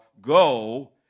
go